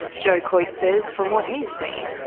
joe coyte says from what he's seen,